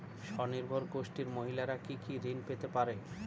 স্বনির্ভর গোষ্ঠীর মহিলারা কি কি ঋণ পেতে পারে?